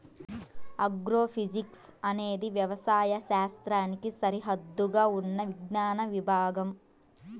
agrophysics అనేది వ్యవసాయ శాస్త్రానికి సరిహద్దుగా ఉన్న విజ్ఞాన విభాగం